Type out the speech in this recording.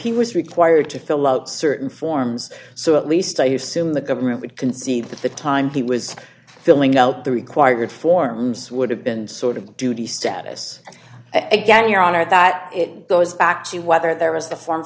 he was required to fill out certain forms so at least i use soon the government would concede that the time he was filling out the required forms would have been sort of duty status and again your honor that it goes back to whether there was the form